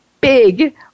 big